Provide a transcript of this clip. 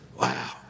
Wow